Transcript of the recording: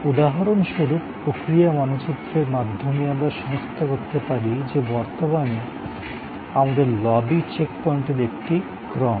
উদাহরণস্বরূপ প্রক্রিয়া মানচিত্রের মাধ্যমে আমরা সনাক্ত করতে পারি যে বর্তমানে আমাদের লবি চেক পয়েন্টের একটি ক্রম